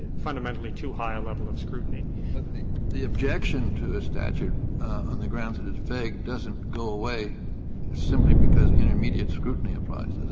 fundamentally too high a level of scrutiny. kennedy but the the objection to the statute on the grounds that it's vague doesn't go away simply because intermediate scrutiny applies, does it,